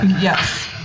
Yes